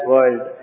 World